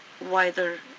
wider